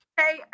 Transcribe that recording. Okay